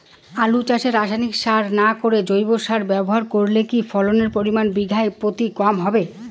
আলু চাষে রাসায়নিক সার না করে জৈব সার ব্যবহার করলে কি ফলনের পরিমান বিঘা প্রতি কম হবে?